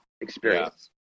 experience